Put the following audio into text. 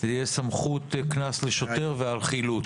סמכות קנס לשוטר וחילוט.